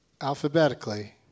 alphabetically